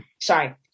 sorry